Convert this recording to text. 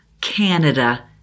Canada